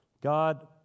God